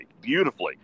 beautifully